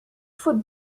faut